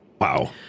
Wow